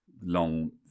long